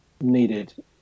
needed